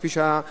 כפי שהיה ידוע,